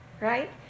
right